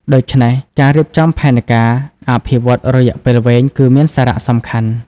ដូច្នេះ ការរៀបចំផែនការអភិវឌ្ឍន៍រយៈពេលវែងគឺមានសារៈសំខាន់។